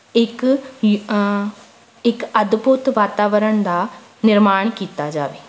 ਇੱਕ ਯੂ ਇੱਕ ਅਦਭੁਤ ਵਾਤਾਵਰਨ ਦਾ ਨਿਰਮਾਣ ਕੀਤਾ ਜਾਵੇ